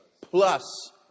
plus